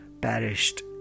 perished